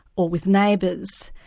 or with neighbours,